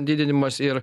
didinimas ir